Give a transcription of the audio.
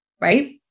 right